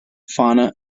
fauna